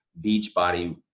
Beachbody